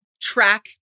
track